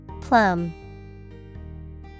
Plum